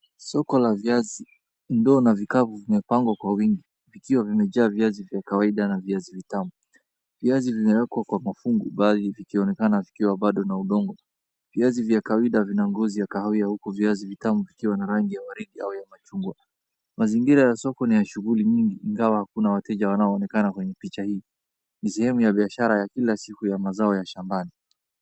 Soko la viazi. Ndoo na vikapu vimepangwa kwa wingi. Vikiwa vimejaa viazi vya kawaida na viazi vitamu. Viazi vinawekwa kwa mafungu, baadhi vikionekana vikiwa bado na udongo. Viazi vya kawaida vina ngozi ya kahawia huku viazi vitamu vikiwa na rangi ya malenge au machungwa. Mazingira ya soko ni ya shughuli nyingi ingawa hakuna wateja wanaoonekana kwenye picha hii. Ni sehemu ya biashara ya kila siku ya mazao ya shambani.